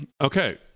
Okay